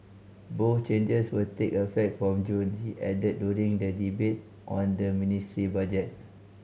both changes will take effect from June he added during the debate on the ministry budget